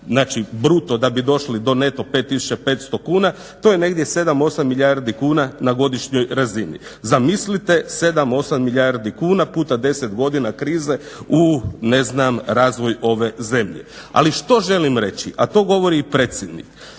9000 bruto da bi došli do neto 5500 kuna to je negdje 7-8 milijardi kuna na godišnjoj razini. Zamislite 7-8 milijardi kuna puta 10 godina krize u razvoj ove zemlje. Ali što želim reći, a to govori i predsjednik,